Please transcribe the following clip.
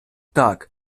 так